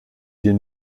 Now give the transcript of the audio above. den